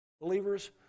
Believers